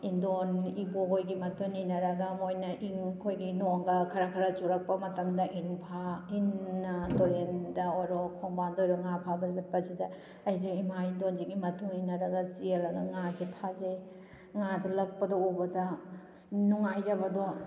ꯏꯟꯗꯣꯟ ꯏꯕꯣꯛ ꯍꯣꯏꯒꯤ ꯃꯇꯨꯡ ꯏꯟꯅꯔꯒ ꯃꯣꯏꯅ ꯏꯟ ꯑꯩꯈꯣꯏꯒꯤ ꯅꯣꯡꯒ ꯈꯔ ꯈꯔ ꯆꯨꯔꯛꯄ ꯃꯇꯝꯗ ꯏꯟ ꯏꯟꯅ ꯇꯨꯔꯦꯜꯗ ꯑꯣꯏꯔꯣ ꯈꯣꯡꯕꯥꯡꯗ ꯑꯣꯏꯔꯣ ꯉꯥ ꯐꯥꯕ ꯆꯠꯄꯁꯤꯗ ꯑꯩꯁꯦ ꯏꯃꯥ ꯏꯟꯗꯣꯟꯁꯤꯡꯒꯤ ꯃꯇꯨꯡ ꯏꯟꯅꯔꯒ ꯆꯦꯜꯂꯦꯒ ꯉꯥꯁꯦ ꯐꯥꯖꯩ ꯉꯥꯗꯣ ꯂꯛꯄꯗꯣ ꯎꯕꯗ ꯅꯨꯡꯉꯥꯏꯖꯕꯗꯣ